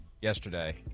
yesterday